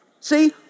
See